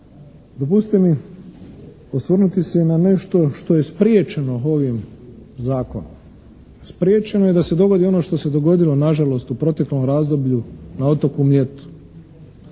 Dopustite mi osvrnuti se i na nešto što je spriječeno ovim zakonom. Spriječeno je da se dogodi ono što se dogodilo na žalost u proteklom razdoblju na otoku Mljetu.